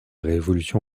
révolution